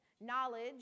Knowledge